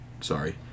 sorry